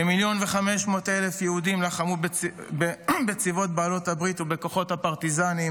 כמיליון וחצי יהודים לחמו בצבאות בעלות הברית ובכוחות הפרטיזנים,